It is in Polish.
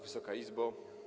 Wysoka Izbo!